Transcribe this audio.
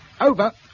Over